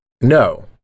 No